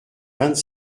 vingt